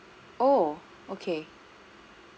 oh okay